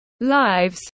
lives